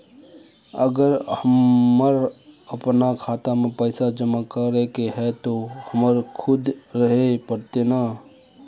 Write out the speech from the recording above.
अगर हमर अपना खाता में पैसा जमा करे के है ते हमरा खुद रहे पड़ते ने?